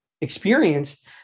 experience